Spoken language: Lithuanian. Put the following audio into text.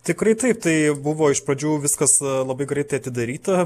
tikrai taip tai buvo iš pradžių viskas labai greitai atidaryta